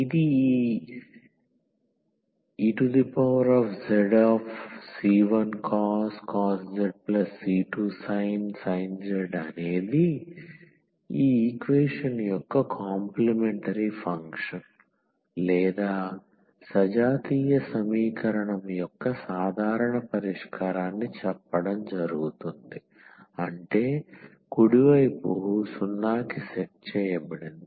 ఇది ఈ ezc1cos z c2sin z అనేది ఈ ఈక్వేషన్ యొక్క కాంప్లీమెంటరీ ఫంక్షన్ లేదా సజాతీయ సమీకరణం యొక్క సాధారణ పరిష్కారాన్ని చెప్పడం జరుగుతుంది అంటే కుడి వైపు 0 కి సెట్ చేయబడింది